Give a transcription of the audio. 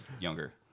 younger